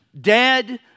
dead